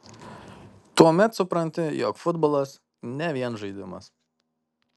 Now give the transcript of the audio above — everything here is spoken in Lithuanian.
tuomet supranti jog futbolas ne vien žaidimas